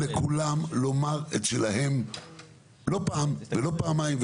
אני נתתי לכולם לומר את שלהם לא פעם ולא פעמיים,